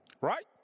right